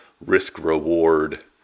risk-reward